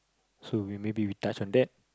so we maybe we touch on that